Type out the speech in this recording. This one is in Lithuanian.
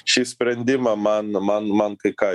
šį sprendimą man man man kai ką